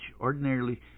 ordinarily